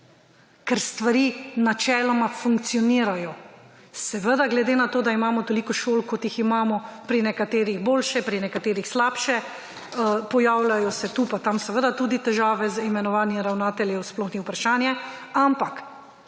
ker stvari načeloma funkcionirajo. Seveda glede na to, da imamo toliko šol, kot jih imamo, pri nekaterih boljše, pri nekaterih slabše, pojavljajo se tu in tam seveda tudi težave z imenovanji ravnateljev, sploh ni vprašanje, ampak